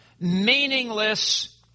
meaningless